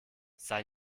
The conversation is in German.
sei